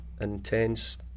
intense